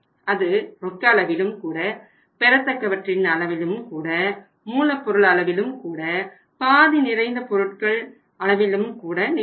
அது ரொக்க அளவிலும் கூட பெறத்தக்கவற்றின் அளவிலும் கூட மூலப்பொருள் அளவிலும் கூட பாதி நிறைந்த பொருட்கள் அளவிலும் கூட நிகழும்